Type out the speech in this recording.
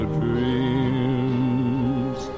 dreams